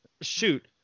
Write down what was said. shoot